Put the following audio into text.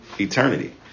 Eternity